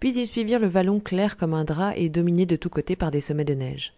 puis ils suivirent le vallon clair comme un drap et dominé de tous côtés par des sommets de neige